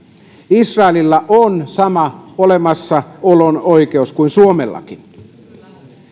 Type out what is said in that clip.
israelilla on sama olemassaolon oikeus kuin suomellakin